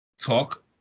talk